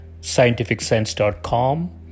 scientificsense.com